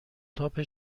تاپ